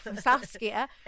Saskia